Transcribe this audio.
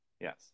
Yes